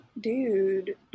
dude